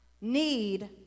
need